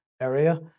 area